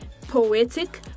poetic